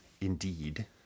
indeed